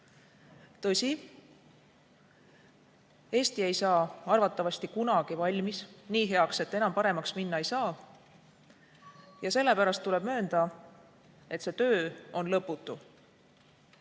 Tõsi, Eesti ei saa arvatavasti kunagi valmis, nii heaks, et enam paremaks minna ei saa. Sellepärast tuleb möönda, et see töö on lõputu.